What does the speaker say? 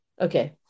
okay